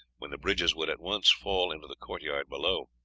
when the bridges would at once fall into the court-yard below.